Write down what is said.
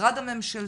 המשרד הממשלתי,